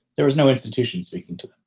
there is no institution speaking to